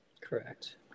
Correct